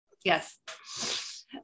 yes